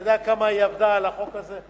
אתה יודע כמה היא עבדה על החוק הזה?